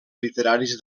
literaris